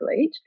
age